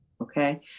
Okay